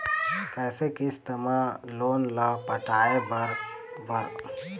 कइसे किस्त मा लोन ला पटाए बर बगरा ब्याज नहीं लगही?